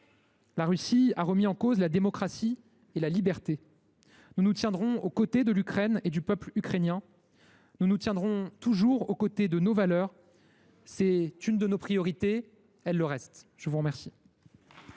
La Russie a remis en cause la démocratie et la liberté. Nous nous tiendrons aux côtés de l’Ukraine et du peuple ukrainien. Nous nous tiendrons toujours aux côtés de nos valeurs, c’est l’une de nos priorités. La parole est à Mme Nathalie